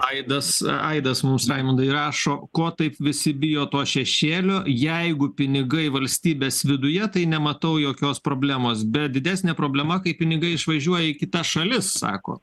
aidas aidas mums raimundai rašo ko taip visi bijo to šešėlio jeigu pinigai valstybės viduje tai nematau jokios problemos bet didesnė problema kai pinigai išvažiuoja į kitas šalis sako